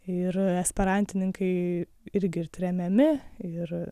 ir esperantininkai irgi ir tremiami ir